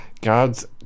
God's